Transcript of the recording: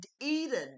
Eden